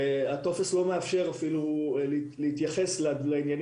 הטופס לא מאפשר אפילו להתייחס לעניין